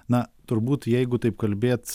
na turbūt jeigu taip kalbėt